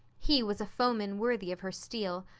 he was a foeman worthy of her steel.